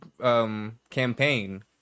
campaign